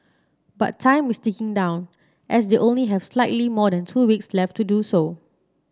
but time is ticking down as they only have slightly more than two weeks left to do so